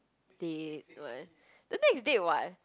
date [what] the next date [what]